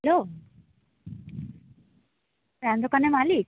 hello ᱨᱟᱱ ᱫᱚᱠᱟᱱ ᱨᱮᱱ ᱢᱟᱞᱤᱠ